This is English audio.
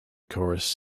chorus